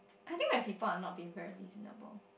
I think my people are not being very reasonable